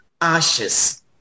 ashes